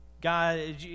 God